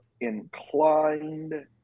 inclined